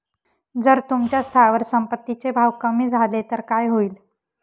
जर तुमच्या स्थावर संपत्ती चे भाव कमी झाले तर काय होईल?